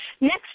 Next